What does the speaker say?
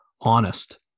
honest